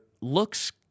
looks